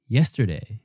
Yesterday